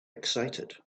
excited